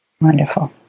Wonderful